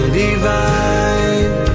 divine